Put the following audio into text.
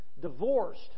Divorced